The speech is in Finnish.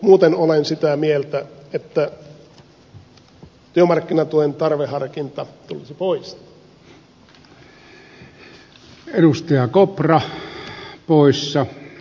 muuten olen sitä mieltä että työmarkkinatuen tarveharkinta tulisi poistaa